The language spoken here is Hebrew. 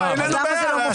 אין לנו בעיה.